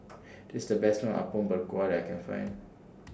This The Best Apom Berkuah I Can Find